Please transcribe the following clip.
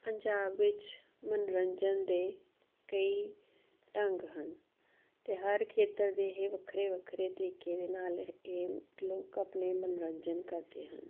ਪੰਜਾਬ ਵਿੱਚ ਮਨੋਰੰਜਨ ਦੇ ਕਈ ਢੰਗ ਹਨ ਅਤੇ ਹਰ ਖੇਤਰ ਦੇ ਇਹ ਵੱਖਰੇ ਵੱਖਰੇ ਤਰੀਕੇ ਦੇ ਨਾਲ ਇਹ ਲੋਕ ਆਪਣੇ ਮਨੋਰੰਜਨ ਕਰਦੇ ਹਨ